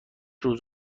روز